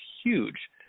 huge